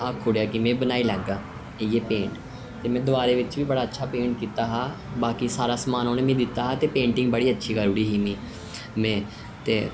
आक्खी ओड़ेआ कि में बनाई लैगा पेंट ते में दिवारें बिच बी अच्छा पेंमट कीता हा ते बाकी सारा समान उन्ने मिगी दित्ता हा ते पेंटिंग बड़ी अच्छी करी ओड़ी ही में ते